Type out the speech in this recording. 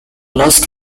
last